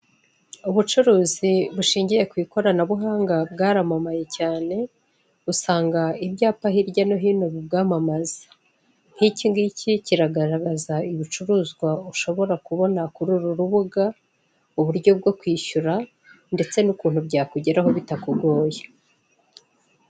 Ubucuruzi bushingiye ku ikoranabuhanga bwaramamaye cyane usanga ibyapa hirya no hino bubwamamaza, nk'ikingiki kiragaragaza ibicuruzwa ushobora kubona kuri uru rubuga, uburyo bwo kwishyura ndetse n'ukuntu byakugeraho bitakugoye.